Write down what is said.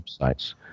websites